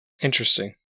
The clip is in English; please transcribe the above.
Interesting